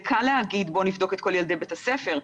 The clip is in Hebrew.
קל להגיד: בואו נבדוק את כל ילדי בית הספר.